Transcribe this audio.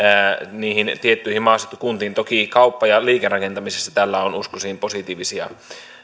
niihin tiettyihin maaseutukuntiin toki kauppa ja liikerakentamisessa näillä muutoksilla on uskoisin positiivisia